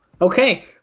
Okay